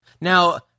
Now